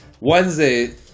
Wednesday